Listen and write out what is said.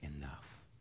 enough